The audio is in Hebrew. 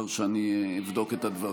לאחר שאני אבדוק את הדברים.